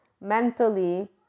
mentally